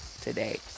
today